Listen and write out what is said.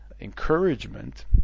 encouragement